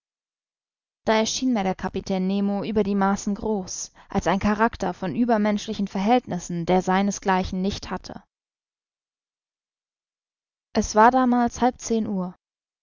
da erschien mir der kapitän nemo über die maßen groß als ein charakter von übermenschlichen verhältnissen der seines gleichen nicht hatte es war damals halb zehn uhr